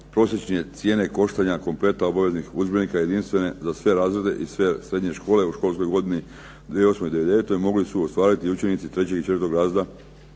prosječne cijene koštanja kompleta obaveznih udžbenika jedinstven je za sve razrede i sve srednje škole u školskoj godini 2008/2009, mogli su ostvariti učenici 3. i 4. razreda